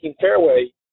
fairway